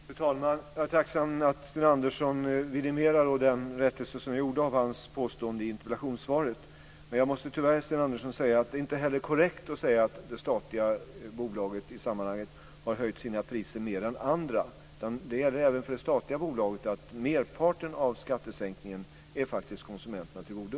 Fru talman! Jag är tacksam över att Sten Andersson vidimerar den rättelse som jag gjorde av hans påstående i interpellationssvaret. Men jag måste tyvärr, Sten Andersson, påpeka att det inte heller är korrekt att säga att det statliga bolaget har höjt sina priser mer än andra. Det gäller även för det statliga bolaget att merparten av prissänkningen kvarstår och att skattesänkningen har kommit konsumenterna till godo.